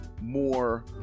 more